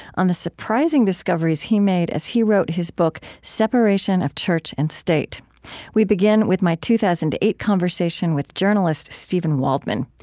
on the surprising discoveries he made as he wrote his book separation of church and state we begin with my two thousand and eight conversation with journalist steven waldman.